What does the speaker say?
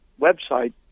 website